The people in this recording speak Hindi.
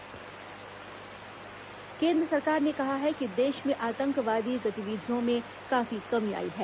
केंद्र आतंकवाद केन्द्र सरकार ने कहा है कि देश में आतंकवादी गतिविधियों में काफी कमी आई है